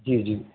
जी जी